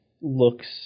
looks